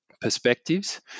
perspectives